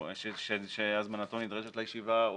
שהזמנתו נדרשת לישיבה,